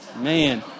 Man